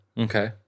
okay